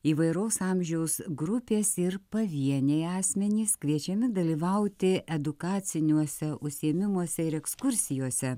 įvairaus amžiaus grupės ir pavieniai asmenys kviečiami dalyvauti edukaciniuose užsiėmimuose ir ekskursijose